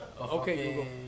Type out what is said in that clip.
Okay